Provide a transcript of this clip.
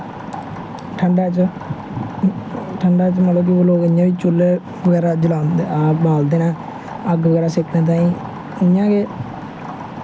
ठंड च केईं लोग इ'यां बी चूह्ला बगैरा बालदे न अग्ग बगैरा सेकनै ताईं